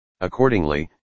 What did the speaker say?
Accordingly